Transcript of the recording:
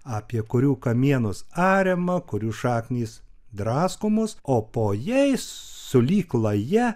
apie kurių kamienus ariama kurių šaknys draskomos o po jais sulyg laja